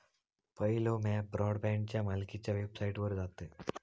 पयलो म्या ब्रॉडबँडच्या मालकीच्या वेबसाइटवर जातयं